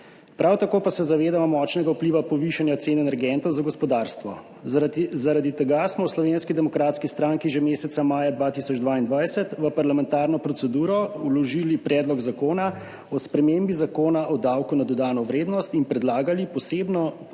prav tako pa se zavedamo močnega vpliva povišanja cen energentov za gospodarstvo. Zaradi tega smo v Slovenski demokratski stranki že meseca maja 2022 v parlamentarno proceduro vložili Predlog zakona o spremembi Zakona o davku na dodano vrednost in predlagali posebno